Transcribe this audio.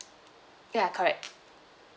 ya correct